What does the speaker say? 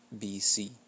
BC